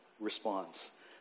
response